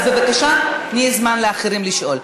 אז בבקשה, תני זמן לאחרים לשאול.